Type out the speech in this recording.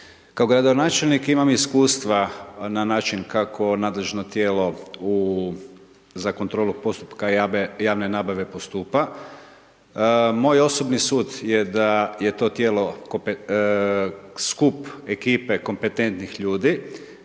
Kao gradonačelnik imam iskustva na način kako nadležno tijelo za kontrolu postupka javne nabave postupa. Moj osobni sud je da je to tijelo skup ekipe kompetentnih ljudi